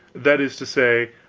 that is to say,